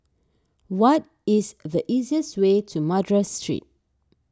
what is the easiest way to Madras Street